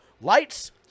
lights